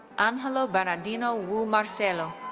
angelo bernardino wu marcelo.